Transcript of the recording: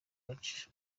gace